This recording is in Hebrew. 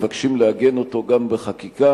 מבקשים לעגן אותו גם בחקיקה.